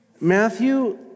Matthew